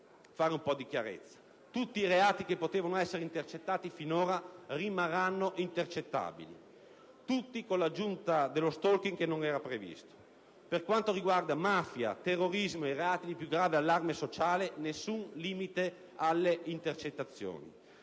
Tutti i reati che potevano essere finora intercettati rimarranno intercettabili: tutti, con l'aggiunta dello *stalking*, che non era previsto. Per quanto riguarda mafia, terrorismo e i reati di più grave allarme sociale, nessun limite alle intercettazioni.